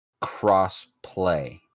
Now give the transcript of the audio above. Cross-play